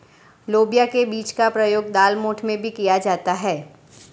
लोबिया के बीज का प्रयोग दालमोठ में भी किया जाता है